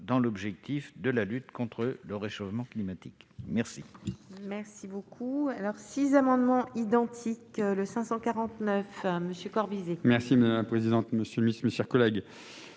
dans l'objectif de lutte contre le réchauffement climatique. Les